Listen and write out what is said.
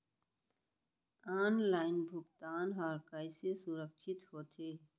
Online भुगतान हा कइसे सुरक्षित होथे?